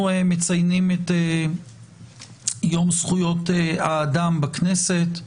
אנחנו מציינים את יום זכויות האדם בכנסת,